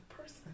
person